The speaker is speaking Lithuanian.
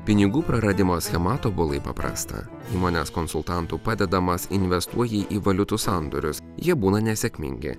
pinigų praradimo schema tobulai paprasta įmonės konsultantų padedamas investuoji į valiutų sandorius jie būna nesėkmingi